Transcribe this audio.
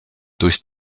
durch